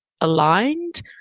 aligned